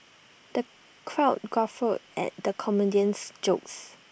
the crowd guffawed at the comedian's jokes